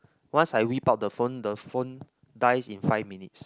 once I whip out the phone the phone dies in five minutes